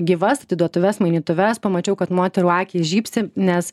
gyvas atiduotuves mainytuves pamačiau kad moterų akys žybsi nes